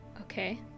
Okay